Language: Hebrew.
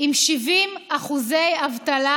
עם 70% אחוזי אבטלה,